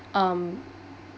um